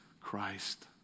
Christ